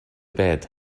bed